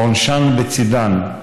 ועונשן בצידן,